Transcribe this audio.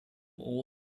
all